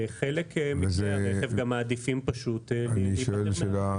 וחלק מעדיפים פשוט להיפטר מהרכב.